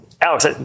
Alex